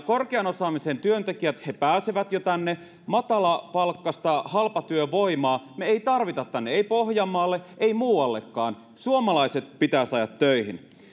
korkean osaamisen työntekijät pääsevät jo tänne matalapalkkaista halpatyövoimaa me emme tarvitse tänne ei pohjanmaalle ei muuallekaan suomalaiset pitää saada töihin